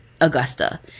Augusta